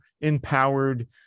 empowered